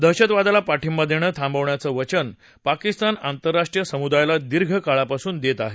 दहशतवादाला पाठिंबा देणं थांबवण्याचं वचन पाकिस्तान आंतरराष्ट्रीय समुदायाला दीर्घ काळापासून देत आहे